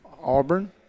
Auburn